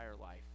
life